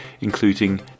including